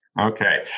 Okay